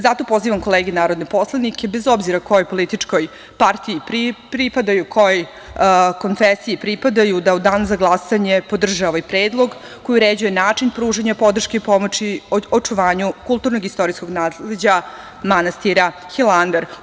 Zato pozivam kolege narodne poslanike, bez obzidra kojoj političkoj partiji pripadaju, kojoj konfesiji pripadaju da u danu za glasanje podrže ovaj predlog koji uređuje način pružanja podrške i pomoći očuvanju kulturno-istorijskog nasleđa manastira Hilandar.